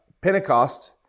Pentecost